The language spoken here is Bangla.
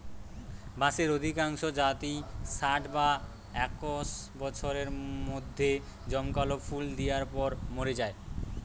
বাঁশের অধিকাংশ জাতই ষাট বা একশ বছরের মধ্যে জমকালো ফুল দিয়ার পর মোরে যায়